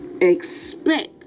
Expect